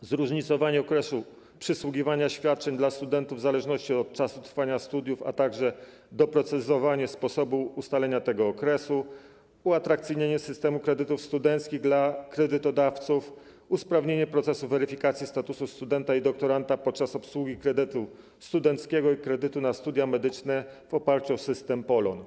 zróżnicowanie okresu przysługiwania świadczeń dla studentów w zależności od czasu trwania studiów, a także doprecyzowanie sposobu ustalenia tego okresu, uatrakcyjnienie systemu kredytów studenckich dla kredytodawców, usprawnienie procesu weryfikacji statusu studenta i doktoranta podczas obsługi kredytu studenckiego i kredytu na studia medyczne w oparciu o system POL-on.